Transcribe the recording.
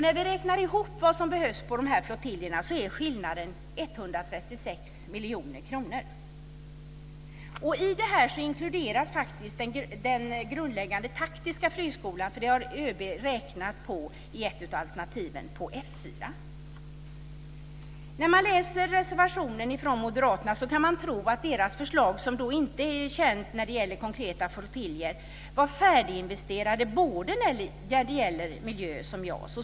När vi räknar ihop vad som behövs på de flottiljerna är skillnaden 136 miljoner kronor. Det inkluderar den grundläggande taktiska flygskolan på F 4. Det har ÖB räknat på i ett av alternativen. När man läser reservationen från moderaterna kan man tro att deras förslag, som för övrigt inte är känt vad gäller konkreta flottiljer, innebär att investeringarna är färdiga både när det gäller miljö och JAS.